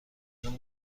شروع